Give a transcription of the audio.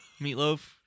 Meatloaf